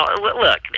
Look